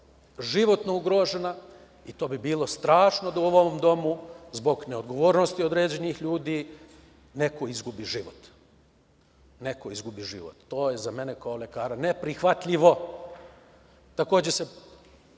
životno ugrožena i to bi bilo strašno da u ovom domu zbog neodgovornosti određenih ljudi, neko izgubi život, neko izgubi život, to je za mene kao lekara neprihvatljivo. Takođe, moja